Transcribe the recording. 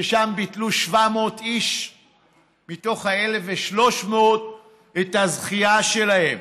ששם ביטלו 700 איש מתוך ה-1,300 את הזכייה שלהם.